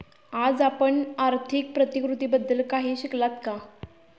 आज आपण आर्थिक प्रतिकृतीबद्दल काही शिकलात का?